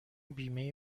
بیمه